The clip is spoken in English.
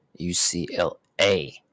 UCLA